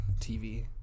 TV